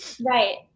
Right